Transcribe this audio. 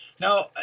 Now